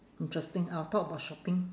interesting I'll talk about shopping